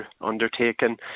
undertaken